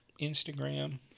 Instagram